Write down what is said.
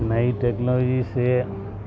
نئی ٹیکنلوئی سے